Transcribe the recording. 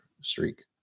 streak